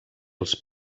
els